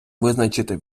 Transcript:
визначити